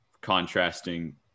contrasting